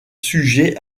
sujets